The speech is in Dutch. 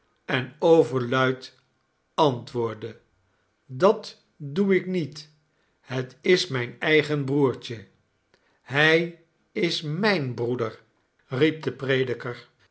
en overluid antwoordde dat doe ik niet het is mijn eigenbroertje hij is mijn broeder riep de prediker